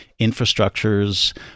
infrastructures